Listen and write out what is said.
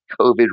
COVID